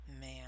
Man